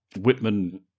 Whitman